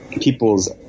people's